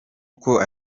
uko